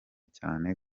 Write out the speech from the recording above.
cyane